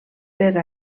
per